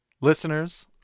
Listeners